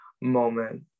moment